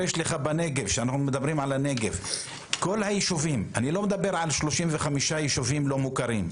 כשאנחנו מדברים על הנגב אני לא מדבר על 35 יישובים לא מוכרים,